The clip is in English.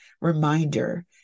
reminder